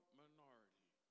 minority